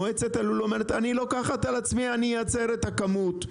מועצת הלול אומרת אני לוקחת על עצמי אני אייצר את הכמות,